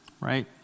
right